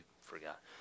forgot